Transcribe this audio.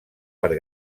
per